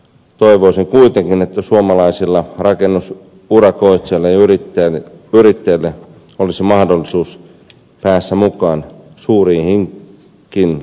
toivoisin kuitenkin että suomalaisilla rakennusurakoitsijoilla ja yrittäjillä olisi mahdollisuus päästä mukaan suuriinkin väyläinvestointeihin